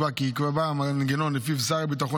נקבע כי ייקבע מנגנון שלפיו שר הביטחון